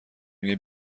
میگه